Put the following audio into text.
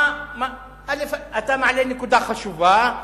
אתה מעלה נקודה חשובה.